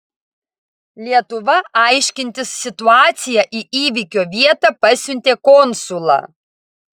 lietuva aiškintis situaciją į įvykio vietą pasiuntė konsulą